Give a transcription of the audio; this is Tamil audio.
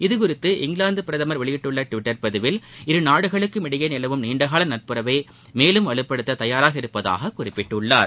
இதுகுறித்து இங்கிலாந்துபிரதமர் வெளியிட்டுள்ளடுவிட்டர் பதிவில் இருநாடுகளுக்கிடையேநிலவும் நீண்டகாலநட்புறவை மேலும் வலுப்படுத்ததயாராக இருப்பதாககுறிப்பிட்டுள்ளார்